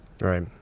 Right